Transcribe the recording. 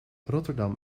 rotterdam